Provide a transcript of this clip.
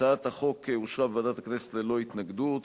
הצעת החוק אושרה בוועדת הכנסת ללא התנגדות.